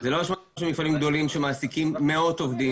שהם מפעלים גדולים שמעסיקים מאות עובדים.